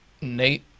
Nate